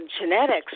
genetics